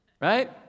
right